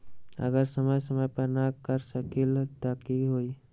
अगर समय समय पर न कर सकील त कि हुई?